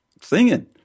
singing